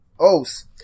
OS